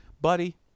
Buddy